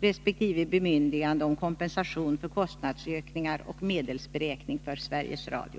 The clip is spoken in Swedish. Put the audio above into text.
resp. bemyndigande om kompensation för kostnadsökningar och medelsberäkning för Sveriges Radio.